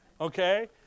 Okay